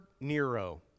Nero